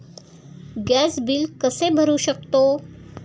Gas bill कसे भरू शकतो?